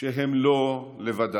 שהם לא לבדם.